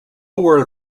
world